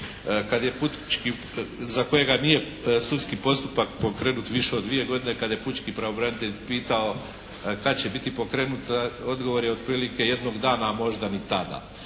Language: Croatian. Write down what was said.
za kojega nije sudski postupak pokrenut više od dvije godine, kada je pučki pravobranitelj pitao kad će biti pokrenut odgovor je otprilike jednog dana, a možda ni tada.